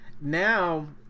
now